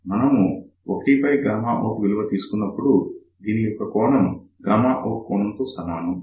మనం 1out విలువ తీసుకున్నప్పుడు దీని యొక్క కోణం out కోణం తో సమానం